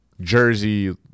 jersey